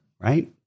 right